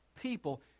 people